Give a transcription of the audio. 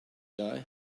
die